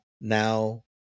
now